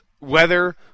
weather